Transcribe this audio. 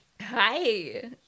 Hi